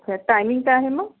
अच्छा टायमिंग काय आहे मग